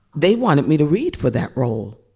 they wanted me to read for that role.